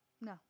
No